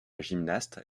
gymnaste